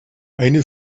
eine